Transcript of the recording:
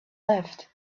left